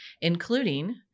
including